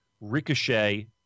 Ricochet